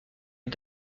les